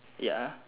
ya